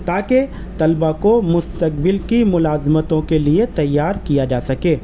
تاکہ طلبا کو مستقبل کی ملازمتوں کے لیے تیار کیا جا سکے